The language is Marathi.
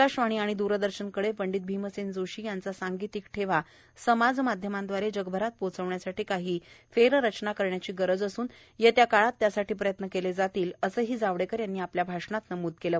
आकाशवाणी आणि दूरदर्शन कडे पंडित भीमसेन जोशी यांचा सांगीतिक ठेवा समाज माध्यमादवारे जगभरात पोहोचवण्यासाठी काही फेर रचना करण्याची गरज असून येत्या काळात त्यासाठी प्रयत्न केले जातील असेही जावडेकर यांनी आपल्या भाषणात नमूद केलं